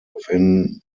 within